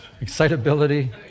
excitability